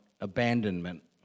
abandonment